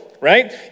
right